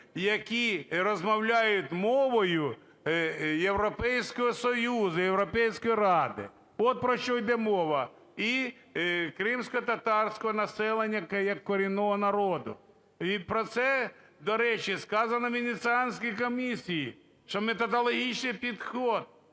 які розмовляють мовою Європейського Союзу, Європейської Ради, от про що йде мова. І кримськотатарського населення як корінного народу. І про це, до речі, сказано Венеціанською комісією, що методологічний підхід…